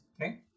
Okay